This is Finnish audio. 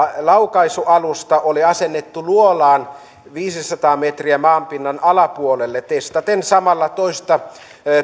laukaisualusta oli asennettu luolaan viisisataa metriä maanpinnan alapuolelle testaten samalla toista